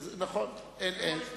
תהיה לו הזדמנות.